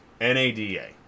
NADA